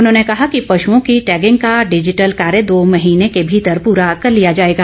उन्होंने कहा कि पशुओं की टैगिंग का डिज़िटल कार्य दो महीने के भीतर पूरा कर लिया जाएगा